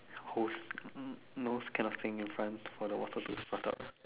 who's nose cannot fling in front for the water to spurt out